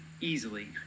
easily